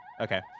Okay